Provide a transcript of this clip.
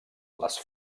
les